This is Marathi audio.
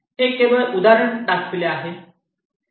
हे केवळ एक उदाहरण आहे